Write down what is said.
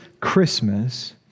Christmas